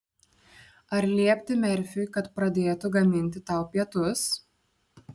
ar liepti merfiui kad pradėtų gaminti tau pietus